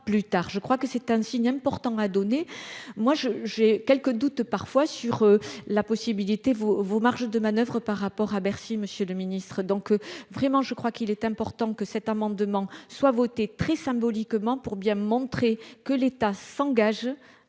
je crois que c'est un signe important a donné moi je j'ai quelques doutes parfois sur la possibilité, vos vos marges de manoeuvre par rapport à Bercy, Monsieur le Ministre, donc vraiment je crois qu'il est important que cet amendement soit votée très symboliquement pour bien montrer que l'État s'engage,